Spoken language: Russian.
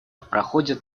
проходят